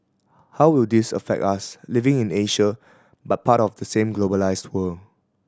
how will this affect us living in Asia but part of the same globalised world